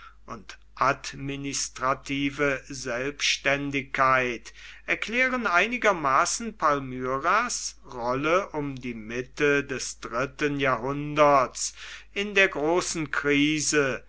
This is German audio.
und administrative selbständigkeit erklären einigermaßen palmyras rolle um die mitte des dritten jahrhunderts in der großen krise